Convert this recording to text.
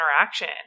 interaction